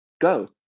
Go